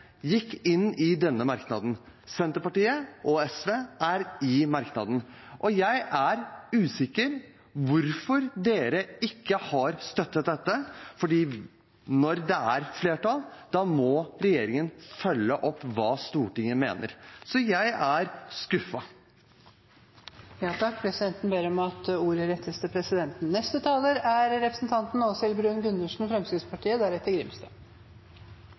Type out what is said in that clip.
inn i denne merknaden. Senterpartiet og SV er i merknaden, og jeg er usikker på hvorfor dere ikke har støttet dette, for når det er flertall, må regjeringen følge opp hva Stortinget mener. Så jeg er skuffet. Presidenten ber om at talen rettes til presidenten.